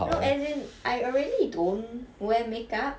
no as in I already don't wear makeup